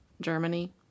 Germany